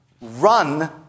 Run